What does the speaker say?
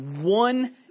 one